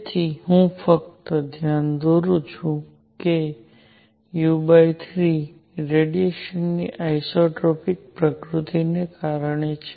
તેથી હું ફક્ત ધ્યાન દોરું છું કે u3 રેડિયેશનની આઇસોટ્રોપિક પ્રકૃતિને કારણે છે